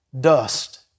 dust